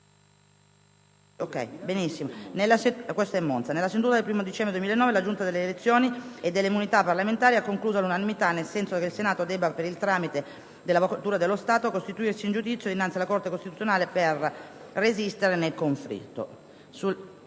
6 novembre. Nella seduta del 1° dicembre 2009 la Giunta delle elezioni e delle immunità parlamentari ha concluso all'unanimità nel senso che il Senato debba, per il tramite dell'Avvocatura dello Stato, costituirsi in giudizio dinanzi alla Corte costituzionale per resistere nel conflitto.